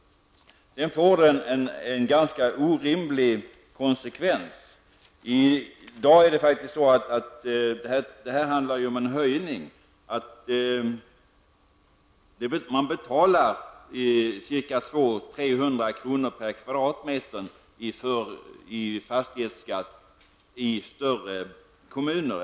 Den får en orimlig konsekvens. I dag betalar man 200--300 kr./m2 i fastighetsskatt på större orter.